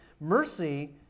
mercy